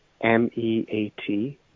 M-E-A-T